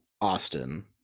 Austin